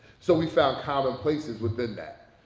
so we found common places within that.